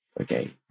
okay